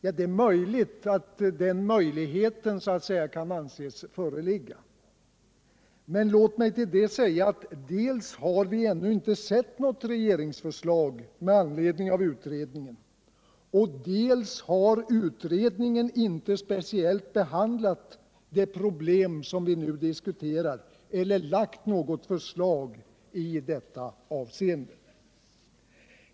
Ja, det är möjligt att den möjligheten kan anses föreligga, men låt mig till detta säga att dels har vi ännu inte sett något regeringsförslag med anledning av utredningen, dels har utredningen inte speciellt behandlat det problem vi nu diskuterar eller lagt något förslag i detta avseende.